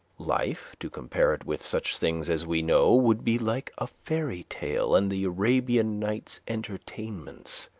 life, to compare it with such things as we know, would be like a fairy tale and the arabian nights' entertainments.